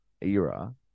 era